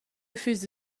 füss